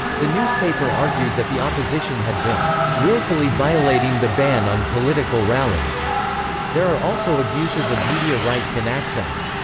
the newspaper argued that the opposition had been willfully violating the ban on political rallies there are also abuses of media rights and access.